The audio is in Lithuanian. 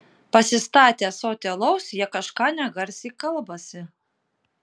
pasistatę ąsotį alaus jie kažką negarsiai kalbasi